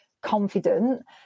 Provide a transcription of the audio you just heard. confident